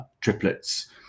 triplets